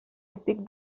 estic